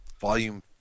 Volume